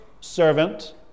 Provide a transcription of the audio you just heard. servant